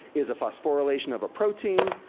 is a phosphorylation of a protein,